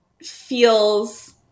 feels